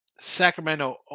Sacramento